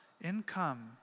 income